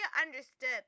understood